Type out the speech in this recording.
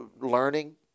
learning